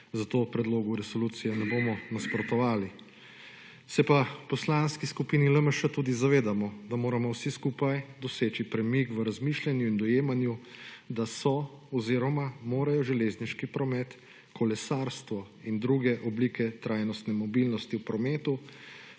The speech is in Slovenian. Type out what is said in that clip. zato predlogu resolucije ne boom nasprotovali. Se pa v Poslanski skupini LMŠ tudi zavedamo, da moramo vsi skupaj doseči premik v razmišljanju in dojemanju, da so oziroma morajo železniški promet, kolesarstvo in druge oblike trajnostne mobilnosti v prometu